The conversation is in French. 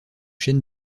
chaîne